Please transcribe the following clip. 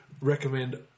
recommend